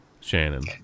Shannon